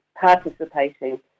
participating